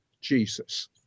Jesus